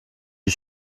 die